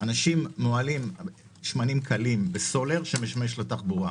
אנשים מוהלים שמנים קלים בסולר שמשמש לתחבורה.